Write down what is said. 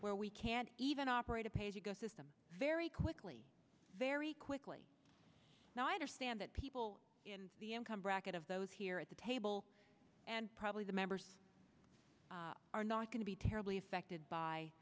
where we can't even operate a pay as you go system very quickly very quickly now i understand that people in the income bracket of those here at the table and probably the members are not going to be terribly affected by